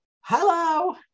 hello